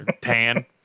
Tan